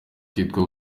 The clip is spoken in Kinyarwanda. kitwa